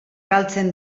galtzen